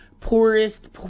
poorest